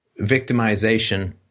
Victimization